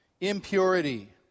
impurity